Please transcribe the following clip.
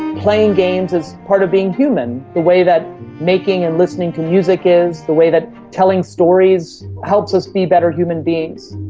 playing games is part of being human, the way that making and listening to music is, the way that telling stories helps us be better human beings.